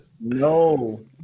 No